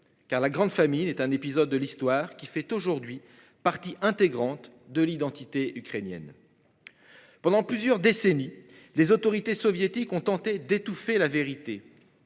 Car la grande famille est un épisode de l'histoire qui fait aujourd'hui partie intégrante de l'identité ukrainienne. Pendant plusieurs décennies. Les autorités soviétiques ont tenté d'étouffer la vérité.